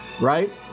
right